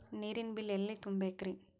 ನೇರಿನ ಬಿಲ್ ಎಲ್ಲ ತುಂಬೇಕ್ರಿ?